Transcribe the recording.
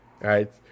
right